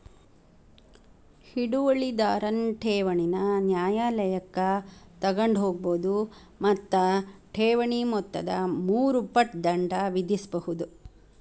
ಹಿಡುವಳಿದಾರನ್ ಠೇವಣಿನ ನ್ಯಾಯಾಲಯಕ್ಕ ತಗೊಂಡ್ ಹೋಗ್ಬೋದು ಮತ್ತ ಠೇವಣಿ ಮೊತ್ತದ ಮೂರು ಪಟ್ ದಂಡ ವಿಧಿಸ್ಬಹುದು